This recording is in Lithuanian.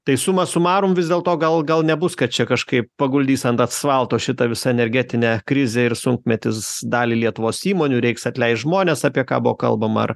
tai suma sumarum vis dėlto gal gal nebus kad čia kažkaip paguldys ant asfalto šita visa energetinė krizė ir sunkmetis dalį lietuvos įmonių reiks atleist žmones apie ką buvo kalbama ar